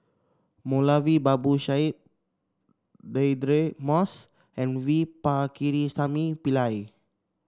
Moulavi Babu Sahib Deirdre Moss and V Pakirisamy Pillai